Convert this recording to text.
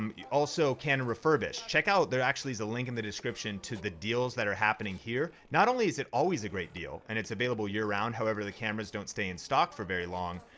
um also canon refurbished. check out, there actually is a link in the description to the deals that are happening here. not only is it always a great deal, and it's available year-round, however the cameras don't stay in stock for very long.